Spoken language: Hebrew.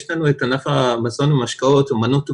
יש לנו את ענף המזון ומשקאות, אומנות ובידור,